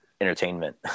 entertainment